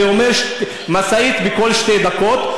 זה אומר משאית בכל שתי דקות,